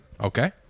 Okay